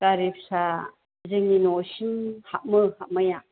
गारि फिसा जोंनि न'सिम हाबो हाबनाया